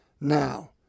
Now